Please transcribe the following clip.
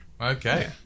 Okay